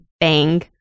bang